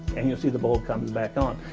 and you see the bulb comes back on.